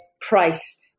price